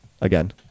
Again